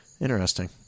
Interesting